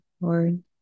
Lord